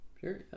Sure